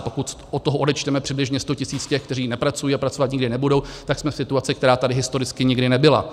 Pokud od toho odečteme přibližně 100 tisíc těch, kteří nepracují a pracovat nikdy nebudou, tak jsme v situaci, která tady historicky nikdy nebyla.